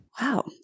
Wow